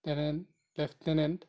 lieutenant